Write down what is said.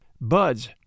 BUDS